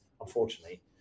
unfortunately